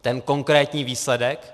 Ten konkrétní výsledek?